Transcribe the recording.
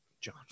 John